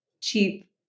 cheap